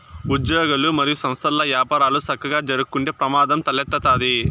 ఉజ్యోగులు, మరియు సంస్థల్ల యపారాలు సక్కగా జరక్కుంటే ప్రమాదం తలెత్తతాది